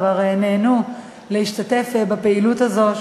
כבר נהנו להשתתף בפעילות הזאת,